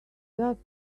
just